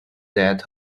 that